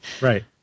Right